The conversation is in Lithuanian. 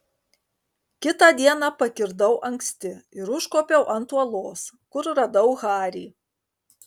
kitą dieną pakirdau anksti ir užkopiau ant uolos kur radau harį